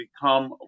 become